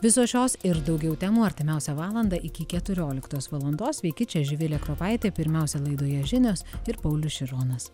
visos šios ir daugiau temų artimiausią valandą iki keturioliktos valandos sveiki čia živilė kropaitė pirmiausia laidoje žinios ir paulius šironas